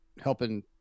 helping